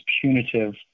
punitive